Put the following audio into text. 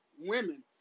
women